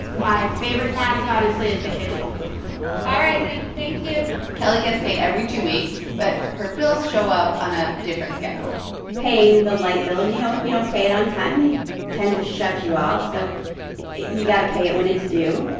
my favorite task, honestly, is the kitchen all right, honey. thank you kelly gets paid every two weeks, but her bills show up on a different schedule paying the light bill you know, if you don't pay it on time, they tend to shut you off. so you got to pay it when it's due.